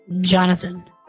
Jonathan